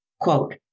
quote